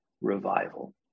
revival